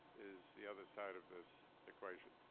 is the other side of this equation?